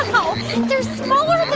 um they're smaller